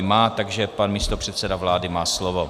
Má, takže pan místopředseda vlády má slovo.